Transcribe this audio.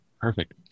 perfect